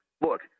look